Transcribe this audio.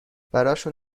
براشون